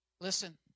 Listen